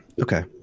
okay